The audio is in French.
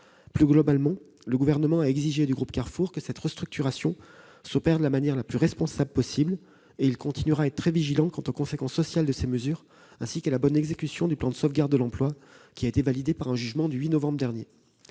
Plus globalement, le Gouvernement a exigé du groupe Carrefour que cette restructuration s'opère de la manière la plus responsable possible. Il continuera d'être très vigilant quant aux conséquences sociales de ces mesures et à la bonne exécution du plan de sauvegarde de l'emploi, qui a été validé par un jugement du tribunal